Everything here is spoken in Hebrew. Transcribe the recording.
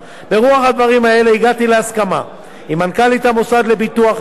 ברוח הדברים האלה הגעתי להסכמה עם מנכ"לית המוסד לביטוח לאומי,